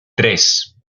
tres